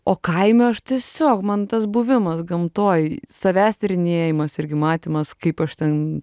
o kaime aš tiesiog man tas buvimas gamtoj savęs tyrinėjimas irgi matymas kaip aš ten